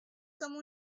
como